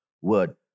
word